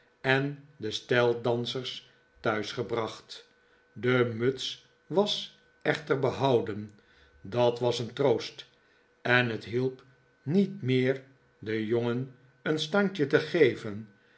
en de steltdansers thuis gebracht de muts was echter behouden dat was een troost en het hielp niet meer den jongen een standje te geven